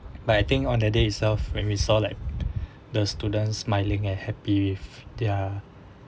but I think on that day itself when we saw like the students smiling and happy with their